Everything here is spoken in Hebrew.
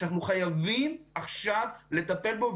שאנחנו חייבים עכשיו לטפל בו.